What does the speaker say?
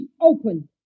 open